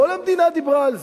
כל המדינה דיברה על זה,